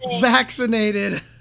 vaccinated